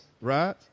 Right